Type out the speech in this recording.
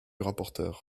rapporteur